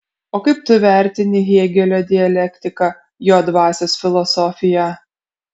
o kaip tu vertini hėgelio dialektiką jo dvasios filosofiją